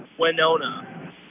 Winona